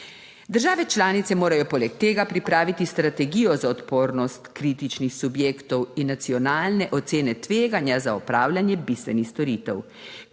Države članice morajo poleg tega pripraviti strategijo za odpornost kritičnih subjektov in nacionalne ocene tveganja za opravljanje bistvenih storitev.